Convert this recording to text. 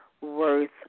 worth